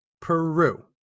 Peru